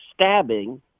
stabbing